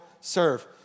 Serve